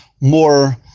more